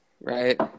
Right